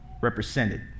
represented